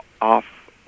off